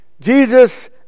Jesus